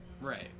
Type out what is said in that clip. Right